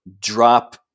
drop